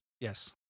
Yes